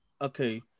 Okay